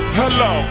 hello